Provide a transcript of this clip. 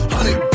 Honey